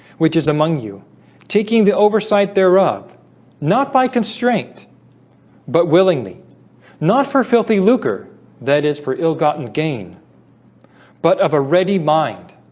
which is among you taking the oversight thereof not by constraint but willingly not for filthy lucre that is for ill-gotten gain but of a ready mind